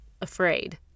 afraid